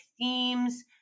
themes